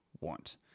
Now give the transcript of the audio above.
want